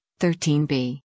13b